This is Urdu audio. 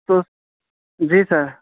تو جی سر